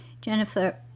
Jennifer